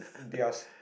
theirs